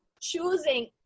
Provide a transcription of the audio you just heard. choosing